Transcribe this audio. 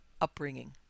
upbringing